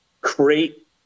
create